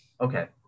Okay